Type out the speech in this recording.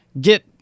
get